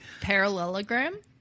Parallelogram